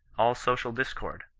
all social discord,